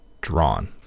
drawn